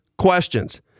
Questions